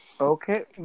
Okay